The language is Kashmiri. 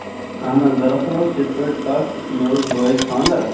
اَہن حظ دراَصٕل ٲسۍ یِتھۍ پٲٹھۍ کَتھ مےٚ اوس بٲیِس خاندر